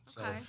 Okay